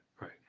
right